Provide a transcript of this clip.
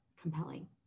compelling